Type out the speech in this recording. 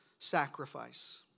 Sacrifice